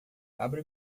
abra